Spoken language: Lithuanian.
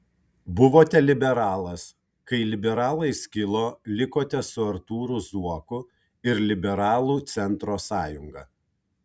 buvote liberalas kai liberalai skilo likote su artūru zuoku ir liberalų centro sąjunga